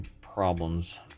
problems